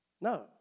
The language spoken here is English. No